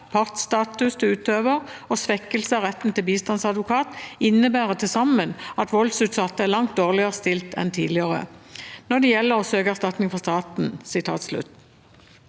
partstatus til utøver og svekkelse av retten til bistandsadvokat innebærer til sammen at voldtektsutsatte er langt dårligere stilt enn tidligere, når det gjelder muligheten til å søke erstatning fra staten.»